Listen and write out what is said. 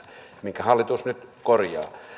minkä hallitus nyt korjaa